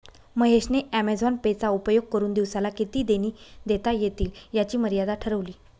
महेश ने Amazon Pay चा उपयोग करुन दिवसाला किती देणी देता येईल याची मर्यादा ठरवली